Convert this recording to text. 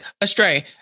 astray